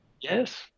Yes